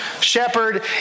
shepherd